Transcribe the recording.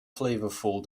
flavorful